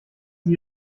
sie